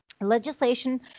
Legislation